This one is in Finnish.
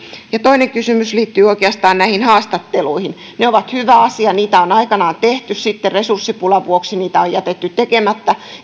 toinen kysymys liittyy oikeastaan näihin haastatteluihin ne ovat hyvä asia niitä on aikanaan tehty sitten resurssipulan vuoksi niitä on jätetty tekemättä